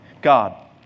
God